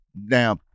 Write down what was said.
Now